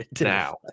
Now